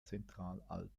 zentralalpen